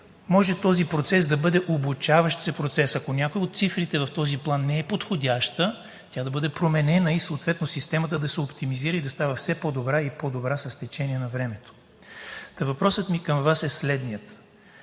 може този процес да бъде обучаващ се процес. Ако някоя от цифрите в този план не е подходяща, тя да бъде променена и съответно системата да се оптимизира и да става все по-добра и по-добра с течение на времето. Въпросът ми към Вас е следният: